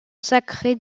sacré